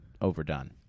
overdone